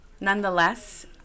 Nonetheless